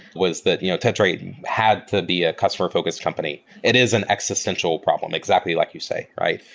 was that you know tetrate had to be a customer-focused company. it is an existential problem exactly like you say, right?